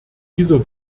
dieser